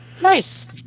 Nice